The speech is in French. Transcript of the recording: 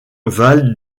val